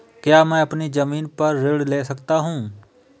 क्या मैं अपनी ज़मीन पर ऋण ले सकता हूँ?